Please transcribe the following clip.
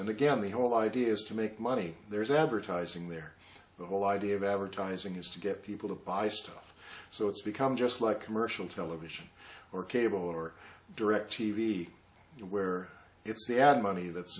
and again the whole idea is to make money there's advertising there the whole idea of advertising is to get people to buy stuff so it's become just like commercial television or cable or direct t v where it's the ad money that's